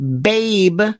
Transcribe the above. babe